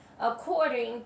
according